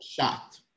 shot